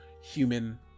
human